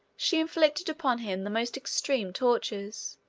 she inflicted upon him the most extreme tortures,